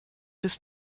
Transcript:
des